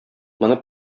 моны